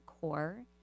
core